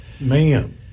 Man